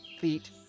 feet